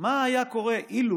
מה היה קורה אילו